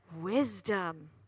wisdom